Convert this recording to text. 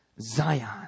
Zion